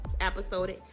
episode